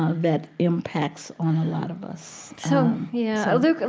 ah that impacts on a lot of us so yeah. luke, ah